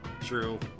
True